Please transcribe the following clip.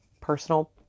personal